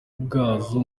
bwiza